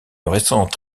récente